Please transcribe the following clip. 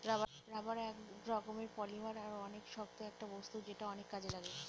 rubber এক রকমের polymer আর অনেক শক্ত একটা বস্তু যেটা অনেক কাজে লাগে